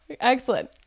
Excellent